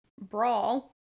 brawl